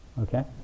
Okay